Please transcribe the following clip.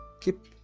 Keep